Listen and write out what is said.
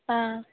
आं